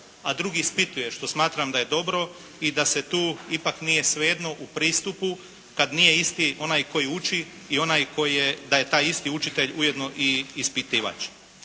a drugi ispituje, što smatram da je dobro i da se tu ipak nije svejedno u pristupu kad nije isti onaj koji uči i onaj koji, da je taj isti učitelj ujedno i ispitivač.